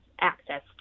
access